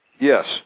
Yes